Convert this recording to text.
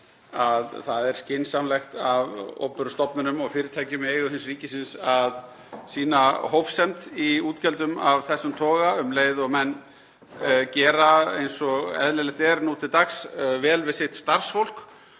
að það er skynsamlegt af opinberum stofnunum og fyrirtækjum í eigu ríkisins að sýna hófsemd í útgjöldum af þessum toga um leið og menn gera, eins og eðlilegt er nú til dags, vel við sitt starfsfólk.